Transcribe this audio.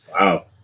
Wow